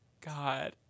God